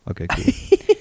Okay